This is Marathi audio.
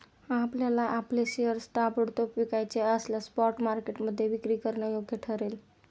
आपल्याला आपले शेअर्स ताबडतोब विकायचे असल्यास स्पॉट मार्केटमध्ये विक्री करणं योग्य ठरेल